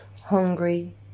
hungry